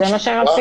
זה מה שרציתי.